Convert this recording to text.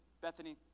Bethany